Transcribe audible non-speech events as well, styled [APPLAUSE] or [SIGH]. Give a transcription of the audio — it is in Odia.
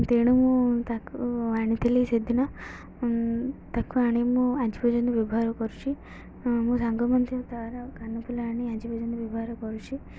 ତେଣୁ ତାକୁ ଆଣିଥିଲି ସେଦିନ ତାକୁ ଆଣି ମୁଁ ଆଜି ପର୍ଯ୍ୟନ୍ତ ବ୍ୟବହାର କରୁଛିି ମୋ ସାଙ୍ଗମାନେ [UNINTELLIGIBLE] ତା'ର କାନଫୁଲା ଆଣି ଆଜି ପର୍ଯ୍ୟନ୍ତ ବ୍ୟବହାର କରୁଛିି